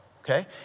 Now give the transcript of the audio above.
okay